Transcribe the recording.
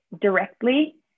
directly